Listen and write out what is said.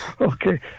Okay